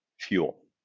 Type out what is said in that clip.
fuel